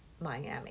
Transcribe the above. Miami